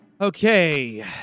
Okay